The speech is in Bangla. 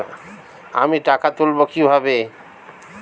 আমি টাকা তুলবো কি ভাবে?